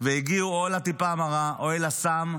והגיעו או אל הטיפה המרה או אל הסם,